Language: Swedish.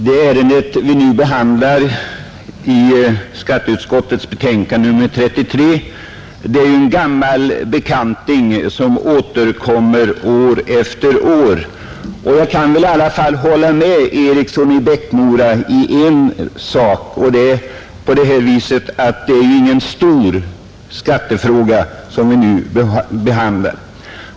Det ärende vi behandlar i skatteutskottets betänkande nr 33 är ju en gammal bekant, som återkommer år efter år. Jag kan väl i alla fall hålla med herr Eriksson i Bäckmora om en sak: det är ingen stor skattefråga vi nu behandlar.